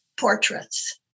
portraits